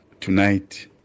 tonight